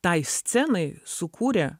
tai scenai sukūrė